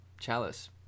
chalice